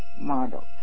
model